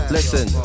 Listen